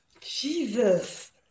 Jesus